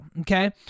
okay